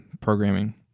programming